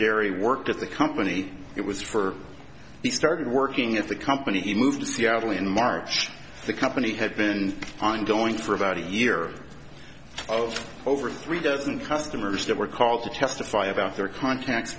gary worked at the company it was for he started working at the company he moved to seattle in march the company had been ongoing for about a year of over three dozen customers that were called to testify about their contacts